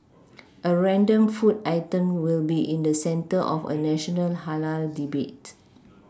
a random food item will be in the centre of a national halal debate